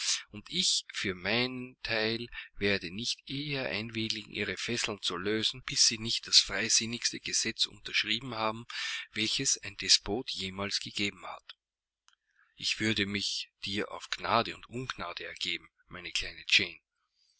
und ich für mein teil werde nicht eher ein willigen ihre fesseln zu lösen bis sie nicht das freisinnigste gesetz unterschrieben haben welches ein despot jemals gegeben hat ich würde mich dir auf gnade und ungnade ergeben meine kleine jane